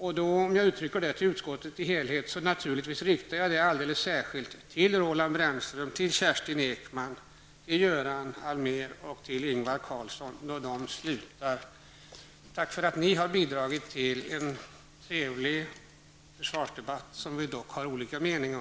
Även om detta gäller utskottet i dess helhet riktar jag dessa ord alldeles särskilt till Roland Brännström, till Karlsson när de står inför att lämna utskottet. Tack för att ni har bidragit till en trevlig försvarsdebatt, trots våra olika meningar,